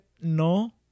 no